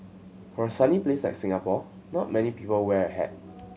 for a sunny place like Singapore not many people wear a hat